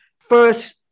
first